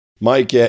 Mike